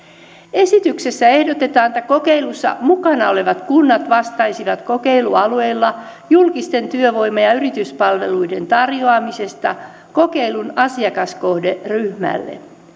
esityksessä ehdotetaan että kokeilussa mukana olevat kunnat vastaisivat kokeilualueilla julkisten työvoima ja ja yrityspalveluiden tarjoamisesta kokeilun asiakaskohderyhmälle